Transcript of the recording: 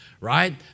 right